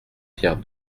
pierre